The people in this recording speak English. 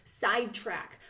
sidetrack